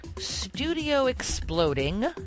studio-exploding